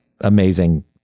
amazing